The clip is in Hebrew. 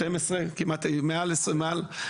מעל 10 שנים,